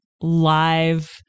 live